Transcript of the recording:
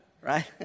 Right